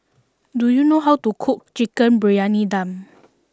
do you know how to cook Chicken Briyani Dum